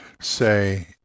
say